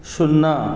शुन्ना